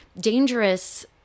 Dangerous